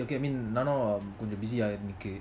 okay I mean நானும் கொஞ்சம்:naanum konjam busy அன்னிக்கி:aniki